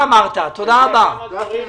יעל כהן